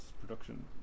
production